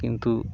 কিন্তু